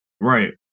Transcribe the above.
Right